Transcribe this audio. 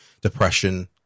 depression